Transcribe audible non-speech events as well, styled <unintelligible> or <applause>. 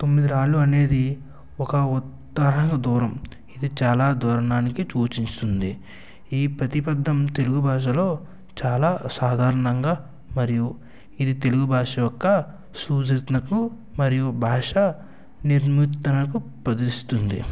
తొమ్మిది రాళ్లు అనేది ఒక ఉత్త <unintelligible> దూరం ఇది చాలా దూరణానికి చూచిస్తుంది ఈ ప్రతిపద్ధం తెలుగు భాషలో చాలా సాధారణంగా మరియు ఇది తెలుగు భాష యొక్క సూచించినకు మరియు భాష నిర్మితలకు స్పదిస్తుంది